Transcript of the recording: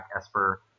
Esper